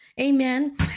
Amen